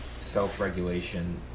self-regulation